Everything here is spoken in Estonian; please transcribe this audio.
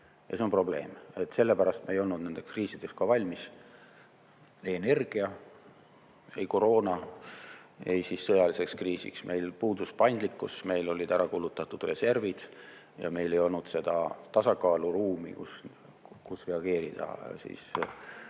See on probleem. Sellepärast me ei olnud nendeks kriisideks valmis – ei energia-, ei koroona-, ei sõjaliseks kriisiks. Meil puudus paindlikkus, meil olid reservid ära kulutatud ja meil ei olnud seda tasakaaluruumi, kus reageerida.